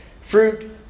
Fruit